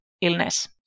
illness